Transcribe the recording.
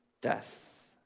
Death